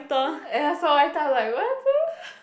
ah ya so every time I'm like